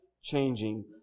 changing